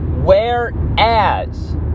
Whereas